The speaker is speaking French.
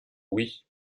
oui